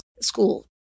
school